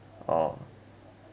oh